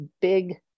big